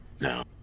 No